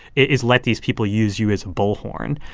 is let these people use you as a bullhorn